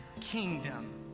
kingdom